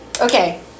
Okay